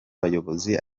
abayobozi